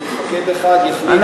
כי מפקד אחד יחליט לא לתת את הזכות,